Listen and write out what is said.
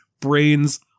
brains